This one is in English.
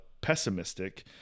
pessimistic